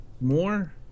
more